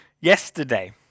yesterday